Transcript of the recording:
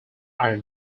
are